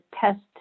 test